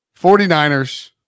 49ers